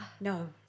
No